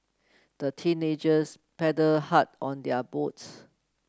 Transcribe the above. the teenagers paddled hard on their boat